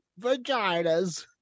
vaginas